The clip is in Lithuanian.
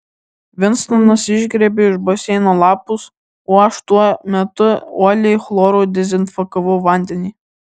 vinstonas išgriebė iš baseino lapus o aš tuo metu uoliai chloru dezinfekavau vandenį